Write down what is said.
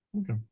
Okay